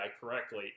correctly